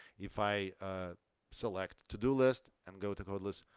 if i select to do list and go to codeless,